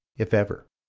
if ever.